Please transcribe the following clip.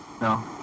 No